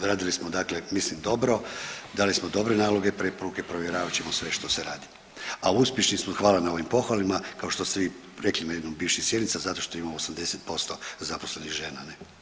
Odradili smo dakle mislim dobro, dali smo dobre naloge i preporuke i provjeravat ćemo sve što se radi, a uspješni smo i hvala na ovim pohvalama, kao što ste i rekli na jednoj od bivših sjednica, zato što imamo 80% zaposlenih žena.